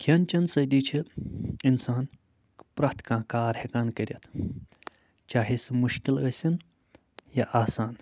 کھٮ۪ن چٮ۪ن سۭتی چھِ اِنسان پرٛٮ۪تھ کانٛہہ کار ہٮ۪کان کٔرِتھ چاہے سُہ مُشکِل ٲسِن یا آسان